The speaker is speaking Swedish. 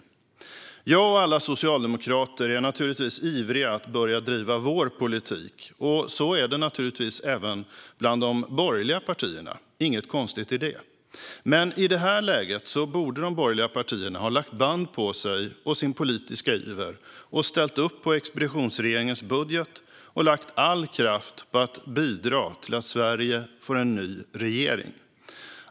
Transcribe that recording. Jag och alla socialdemokrater är naturligtvis ivriga att börja driva vår politik, och så är det naturligtvis även bland de borgerliga partierna. Det är inget konstigt med det. Men i det här läget borde de borgerliga partierna ha lagt band på sig och sin politiska iver och ställt upp på expeditionsregeringens budget och lagt all kraft på att bidra till att Sverige får en ny regering.